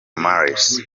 mars